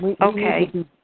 Okay